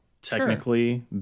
technically